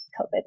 COVID